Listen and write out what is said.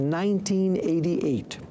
1988